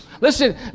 Listen